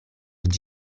this